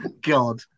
God